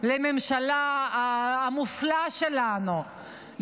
לממשלה המופלאה שלנו,